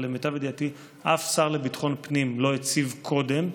אבל למיטב ידיעתי אף שר לביטחון הפנים לא הציב קודם,